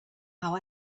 how